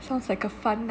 sounds like a night